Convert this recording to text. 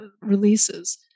releases